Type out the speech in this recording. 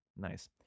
Nice